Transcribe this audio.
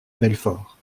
belfort